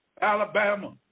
Alabama